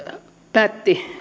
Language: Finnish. päätti